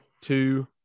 two